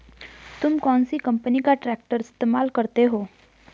तुम कौनसी कंपनी का ट्रैक्टर इस्तेमाल करते हो?